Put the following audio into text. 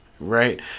Right